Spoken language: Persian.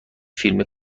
فیلم